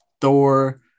Thor